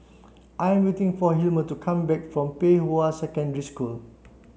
I'm waiting for Hilmer to come back from Pei Hwa Secondary School